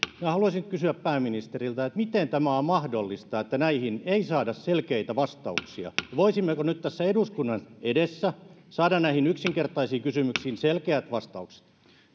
haluaisin kysyä pääministeriltä miten tämä on mahdollista että näihin ei saada selkeitä vastauksia ja voisimmeko nyt tässä eduskunnan edessä saada näihin yksinkertaisiin kysymyksiin selkeät vastaukset